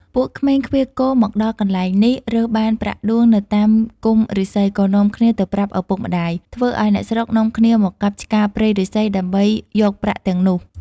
ពេលក្មេងឃ្វាលគោមកដល់កន្លែងនេះរើសបានប្រាក់ដួងនៅតាមគុម្ពឫស្សី ក៏នាំគ្នាទៅប្រាប់ឪពុកម្ដាយ ធ្វើឲ្យអ្នកស្រុកនាំគ្នាមកកាប់ឆ្ការព្រៃឫស្សីដើម្បីយកប្រាក់ទាំងនោះ។